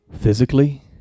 Physically